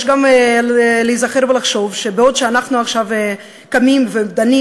יש גם להיזכר ולחשוב שבעוד אנחנו קמים עכשיו ודנים